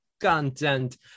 content